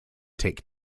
tik